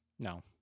No